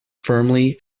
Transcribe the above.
firmly